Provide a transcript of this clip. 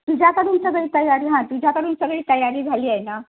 तुझ्याकडून सगळी तयारी हां तुझ्याकडून सगळी तयारी झाली आहे ना